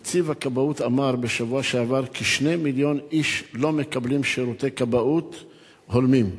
אמר נציב הכבאות כי 2 מיליון איש לא מקבלים שירותי כבאות הולמים.